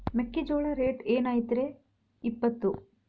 ಮೆಕ್ಕಿಜೋಳ ರೇಟ್ ಏನ್ ಐತ್ರೇ ಇಪ್ಪತ್ತು?